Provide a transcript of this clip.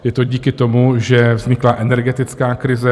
Je to díky tomu, že vznikla energetická krize.